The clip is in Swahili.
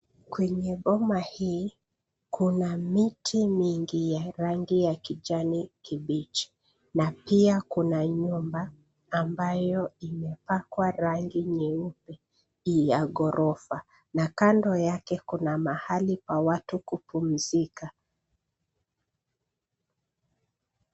Kwenye boma hii, kuna miti mingi ya rangi ya kijani kibichi na pia kuna nyumba, ambayo imepakwa rangi nyeupe ya ghorofa na kando yake kuna mahali pa watu kupumzika.